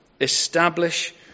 establish